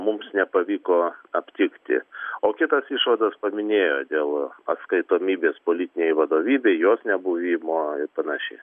mums nepavyko aptikti o kitos išvados paminėjo dėl atskaitomybės politinei vadovybei jos nebuvimo ir panašiai